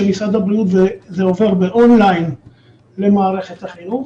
משרד הבריאות זה עובר באון-ליין למערכת החינוך.